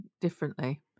differently